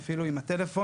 אחדד,